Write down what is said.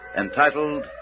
entitled